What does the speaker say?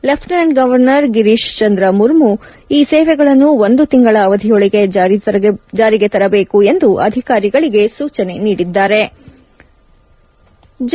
lieutenant governor Girish Chandra Murmu ಈ ಸೇವೆಗಳನ್ನು ಒಂದು ತಿಂಗಳ ಅವಧಿಯೊಳಗೆ ಜಾರಿಗೆ ತರಬೇಕು ಎಂದು ಅಧಿಕಾರಿಗಳಿಗೆ ಸೂಚನೆ ನೀಡಿದ್ಗಾರೆ